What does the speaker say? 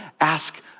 ask